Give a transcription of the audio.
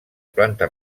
planta